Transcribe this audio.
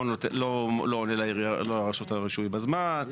לא עונה לרשות הרישוי בזמן,